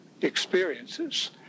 experiences